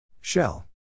Shell